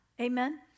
Amen